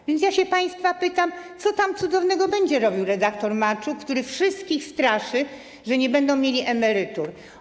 A więc pytam państwa, co tam cudownego będzie robił redaktor Marczuk, który wszystkich straszy, że nie będą mieli emerytur.